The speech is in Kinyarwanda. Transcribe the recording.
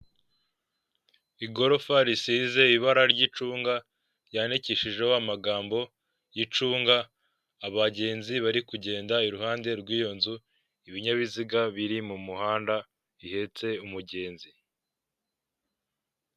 Igorofa risize ibara ry'icunga ryandikishijeho amagambo y'icunga, abagenzi bari kugenda iruhande rw'iyo nzu, ibinyabiziga biri mu muhanda bihetse umugenzi.